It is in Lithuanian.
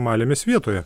malėmės vietoje